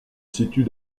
situe